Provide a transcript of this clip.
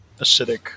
acidic